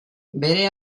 bere